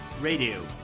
Radio